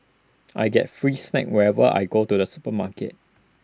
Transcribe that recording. I get free snacks whenever I go to the supermarket